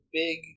big